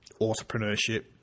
entrepreneurship